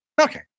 okay